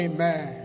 Amen